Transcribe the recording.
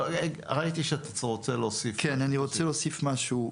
אני רוצה להוסיף משהו.